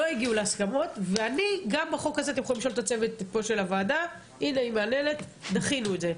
לא הגיעו להסכמות בחוק הזה, ודחינו את זה.